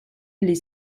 les